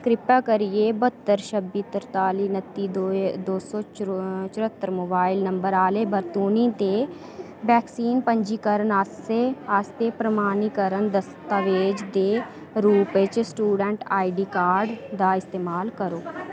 किरपाा करियै बह्त्तर छब्बी तरताली नत्ती दो सौ चो चरह्त्तर मोबाइल नम्बर आह्ले बरतूनी दे वैक्सीन पंजीकरण आस्से आस्तै प्रमाणीकरण दस्तावेज दे रूपै च स्टूडैंट आई डी कार्ड दा इस्तमाल करो